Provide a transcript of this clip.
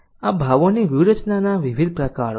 આ ભાવોની વ્યૂહરચનાના વિવિધ પ્રકારો છે